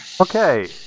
Okay